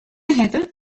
هذا